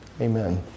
Amen